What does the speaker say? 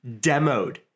demoed